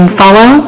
follow